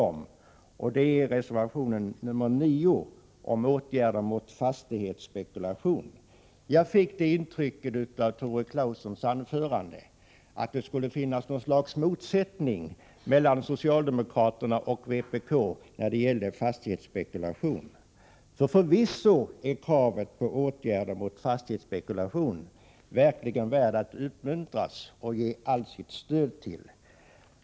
Det gäller reservation 9 om åtgärder mot fastighetsspekulation. Jag fick det intrycket av Tore Claesons anförande att det skulle finnas något slags motsättning mellan socialdemokraterna och vpk när det gällde fastighetsspekulation. Förvisso är kravet på åtgärder mot fastighetsspekulation värt att uppmuntras och få allt stöd.